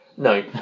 No